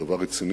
זה דבר רציני.